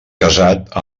casat